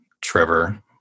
Trevor